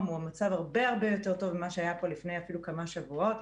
הוא מצב הרבה הרבה יותר טוב ממה שהיה פה לפני אפילו כמה שבועות,